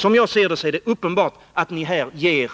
Som jag ser det är det uppenbart att ni ger